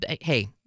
hey